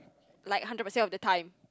like hundred percent of the time